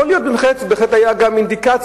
יכול להיות, בהחלט היתה גם אינדיקציה,